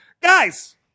guys